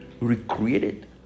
recreated